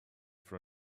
for